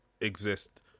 exist